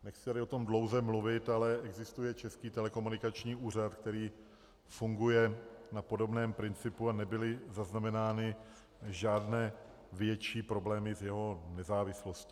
Nechci tady o tom dlouze mluvit, ale existuje Český telekomunikační úřad, který funguje na podobném principu, a nebyly zaznamenány žádné větší problémy s jeho nezávislostí.